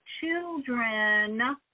children